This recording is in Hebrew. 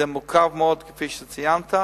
כפי שציינת,